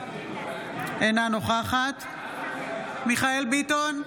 אינה נוכחת מיכאל מרדכי ביטון,